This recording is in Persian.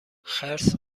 خرس